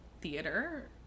theater